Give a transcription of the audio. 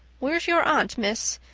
where's your aunt, miss?